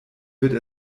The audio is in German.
wird